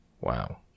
Wow